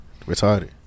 retarded